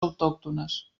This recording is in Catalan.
autòctones